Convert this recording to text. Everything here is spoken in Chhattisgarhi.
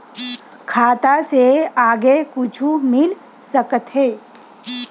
खाता से आगे कुछु मिल सकथे?